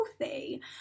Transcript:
healthy